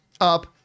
up